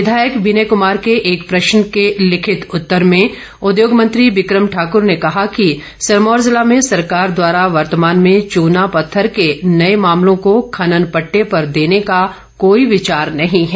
विधायक विनय कमार के एक प्रश्न के लिखित उत्तर में उर्चोग मंत्री बिक्रम ठाकूर ने कहा कि सिरमौर जिला में सरकार द्वारा वर्तमान में चूना पत्थर के नए मामलों को खनन पट्टे पर देने का कोई विचार नहीं है